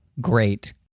great